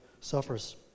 suffers